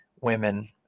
women